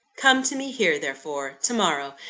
come to me here, therefore, to-morrow,